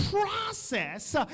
process